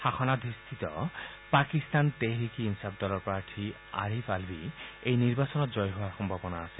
শাসনাধিষ্ঠ পাকিস্তান টেহৰিক ই ইনচাফ দলৰ প্ৰাৰ্থী আৰিফ আলভি এই নিৰ্বাচনত জয়ী হোৱাৰ সম্ভাৱনা আছে